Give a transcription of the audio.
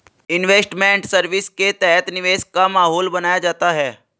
investment service के तहत निवेश का माहौल बनाया जाता है